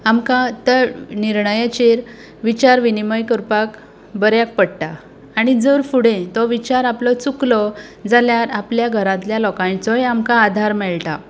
आमकां त्या निर्णयाचेर विचार विनीमय करपाक बऱ्याक पडटा आनी जर फुडें तो विचार आपलो चुकलो जाल्यार आपल्या घरांतल्या लोकांचोय आमकां आदार मेळटा